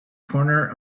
corner